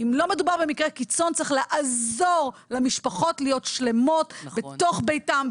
אם לא מדובר במקרה קיצון צריך לעזור למשפחות להיות שלמות בתוך ביתן,